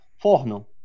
forno